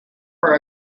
for